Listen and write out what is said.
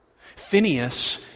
Phineas